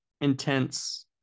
intense